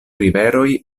riveroj